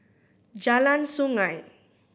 Jalan Sungei